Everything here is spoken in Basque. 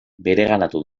bereganatu